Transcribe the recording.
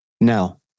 No